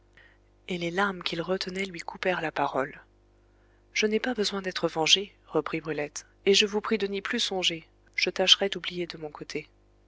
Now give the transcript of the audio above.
et les larmes qu'il retenait lui coupèrent la parole je n'ai pas besoin d'être vengée reprit brulette et je vous prie de n'y plus songer je tâcherai d'oublier de mon côté